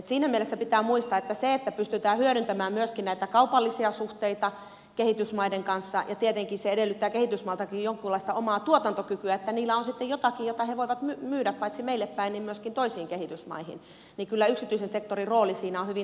siinä mielessä pitää muistaa että siinä että pystytään hyödyntämään myöskin näitä kaupallisia suhteita kehitysmaiden kanssa ja tietenkin se edellyttää kehitysmailtakin jonkinlaista omaa tuotantokykyä että niillä on sitten jotakin jota he voivat myydä paitsi meille päin myöskin toisiin kehitysmaihin yksityisen sektorin rooli on kyllä hyvin tärkeä